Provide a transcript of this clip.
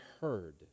heard